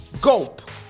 gulp